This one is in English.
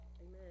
Amen